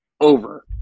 over